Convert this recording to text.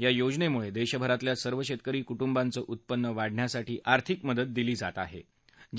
या योजनपुळे विध्मिरातल्या सर्व शक्किरी कुटुंबांचं उत्पन्न वाढण्यासाठी आर्थिक मदत दिली जात आह